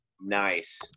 Nice